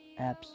apps